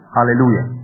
Hallelujah